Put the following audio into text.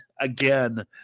again